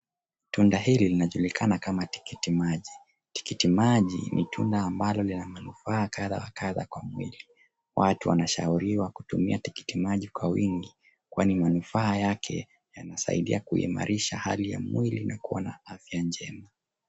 Tunda hili linajulikana kama tikiti maji. Tikiti maji ni tunda ambalo lina manufaa kadha wa kadha kwa mwili. Watu wanashauriwa kutumia tikiti maji kwa wingi kwani manufaa yake yanasaidia kuimarisha hali ya mwili na kuwa na afya njema.